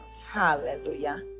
hallelujah